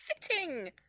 sitting